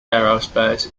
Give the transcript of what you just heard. aerospace